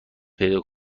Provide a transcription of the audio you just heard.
پیدا